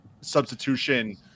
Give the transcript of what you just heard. substitution